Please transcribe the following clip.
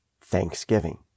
thanksgiving